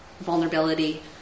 vulnerability